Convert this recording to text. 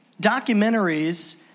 documentaries